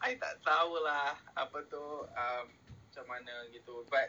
I tak tahu lah apa tu um macam mana begitu but